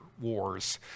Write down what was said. wars